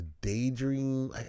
daydream